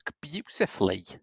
beautifully